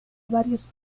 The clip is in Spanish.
varios